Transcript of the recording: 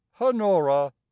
Honora